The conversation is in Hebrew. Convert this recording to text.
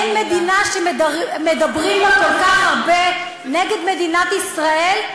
אין מדינה שמדברים בה כל כך הרבה נגד מדינת ישראל,